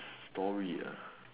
story ah